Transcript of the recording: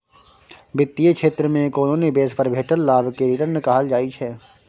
बित्तीय क्षेत्र मे कोनो निबेश पर भेटल लाभ केँ रिटर्न कहल जाइ छै